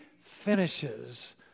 finishes